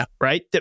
right